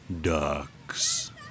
Ducks